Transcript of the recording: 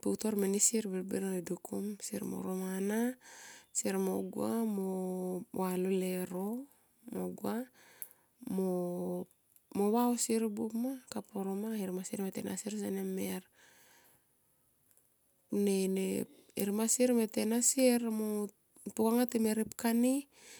putor mene sier birbir e dukum sier mo ro mana sier mo gua mo mo valo lero mo gua mo va o sier buop ma kapuru ma. E her masier me tenasier sene mer ne, ne hermasier ma tenasier puhanga ti me ripkani.